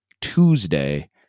Tuesday